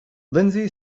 lindsey